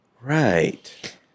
Right